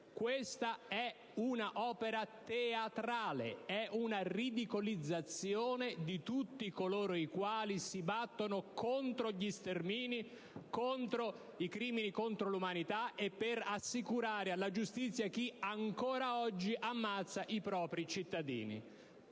Questa è un'opera teatrale, una ridicolizzazione di tutti coloro i quali si battono contro gli stermini ed i crimini contro l'umanità per assicurare alla giustizia chi ancora oggi ammazza i propri cittadini.